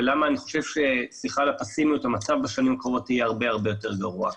ולמה אני חושב המצב בשנים הקרובות יהיה הרבה יותר גרוע.